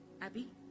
abby